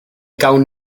gawn